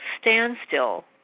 standstill